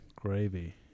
gravy